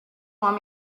want